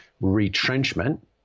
retrenchment